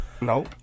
No